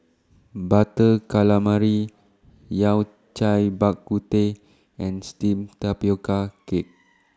Butter Calamari Yao Cai Bak Kut Teh and Steamed Tapioca Cake